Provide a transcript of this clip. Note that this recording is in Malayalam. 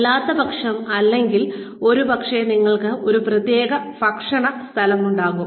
അല്ലാത്തപക്ഷം അല്ലെങ്കിൽ ഒരുപക്ഷേ നിങ്ങൾക്ക് ഒരു പ്രത്യേക ഭക്ഷണ സ്ഥലമുണ്ടാകാം